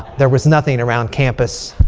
there was nothing around campus.